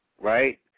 right